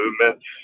movements